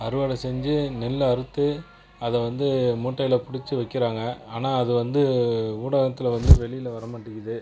அறுவடை செஞ்சு நெல் அறுத்து அதை வந்து மூட்டையில் பிடிச்சி வைக்கிறாங்க ஆனால் அது வந்து ஊடகத்தில் வந்து வெளியில் வர மாட்டிங்கிது